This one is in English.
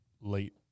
late